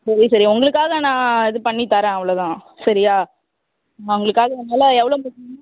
சரி சரி உங்களுக்காக தான் நான் இது பண்ணி தரேன் அவ்ளோ தான் சரியா உங்களுக்காக என்னால் எவ்வளோ முடியுமோ